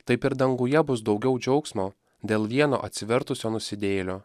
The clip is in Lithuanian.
taip ir danguje bus daugiau džiaugsmo dėl vieno atsivertusio nusidėjėlio